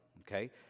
okay